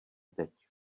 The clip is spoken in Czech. teď